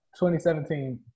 2017